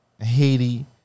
Haiti